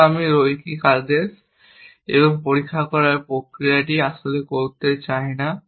কিন্তু আমি রৈখিক আদেশ এবং পরীক্ষা করার এই প্রক্রিয়াটি আসলে করতে চাই না